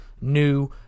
new